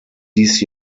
dies